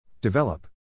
Develop